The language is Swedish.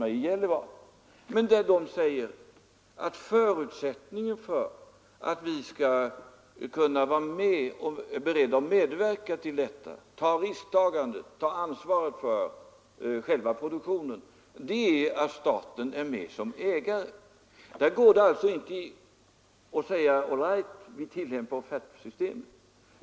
Det sades dock från företaget att förutsättningen för att man skulle kunna vara beredd att medverka till detta risktagande och till ansvaret för produktionen var, att staten gick in som delägare. I ett sådant fall kan vi inte bara säga att vi skall tillämpa offertsystemet.